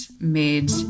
made